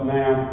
now